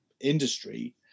industry